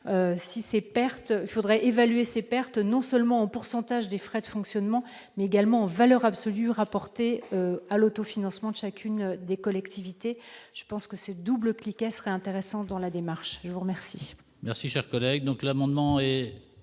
il faudrait évaluer ces pertes non seulement en pourcentage des frais de fonctionnement, mais également en valeur absolue rapportée à l'autofinancement de chacune des collectivités. Ce double cliquet serait intéressant. La parole est à M.